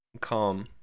calm